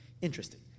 Interesting